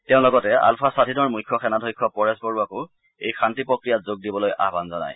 তেওঁ লগতে আলফা স্বধীনৰ মুখ্য সেনাধ্যক্ষ পৰেশ বৰুৱাকো এই শান্তি প্ৰক্ৰিয়াত যোগ দিবলৈ আয়ন জনায়